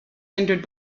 hindered